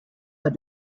are